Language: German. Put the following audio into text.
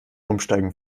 umsteigen